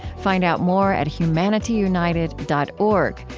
find out more at humanityunited dot org,